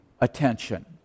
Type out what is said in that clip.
attention